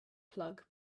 plug